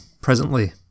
presently